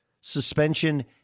suspension